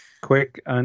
quick